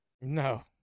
no